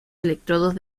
electrodos